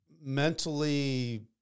mentally